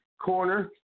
Corner